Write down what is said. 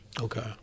Okay